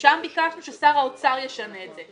ושם ביקשנו ששר האוצר ישנה את זה.